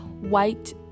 white